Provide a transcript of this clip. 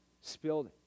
spilled